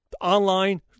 online